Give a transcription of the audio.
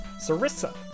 Sarissa